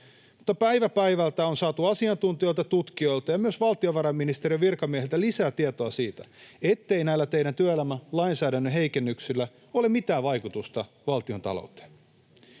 Mutta päivä päivältä on saatu asiantuntijoilta, tutkijoilta ja valtiovarainministeriön virkamiehiltä lisää tietoa siitä, ettei näillä teidän työelämälainsäädännön heikennyksillänne ole mitään vaikutusta valtiontalouteen.